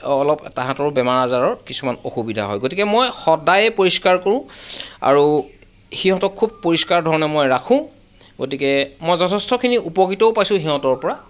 অলপ তাহাঁতৰো বেমাৰ আজাৰৰ কিছুমান অসুবিধা হয় গতিকে মই সদায়েই পৰিষ্কাৰ কৰোঁ আৰু সিহঁতক খুব পৰিষ্কাৰ ধৰণে মই ৰাখোঁ গতিকে মই যথেষ্টখিনি উপকৃতও পাইছোঁ সিহঁতৰপৰা